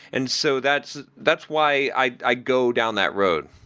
and so that's that's why i i go down that road.